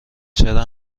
چرا